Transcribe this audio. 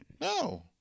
No